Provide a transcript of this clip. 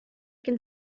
can